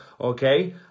Okay